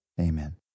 amen